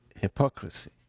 hypocrisy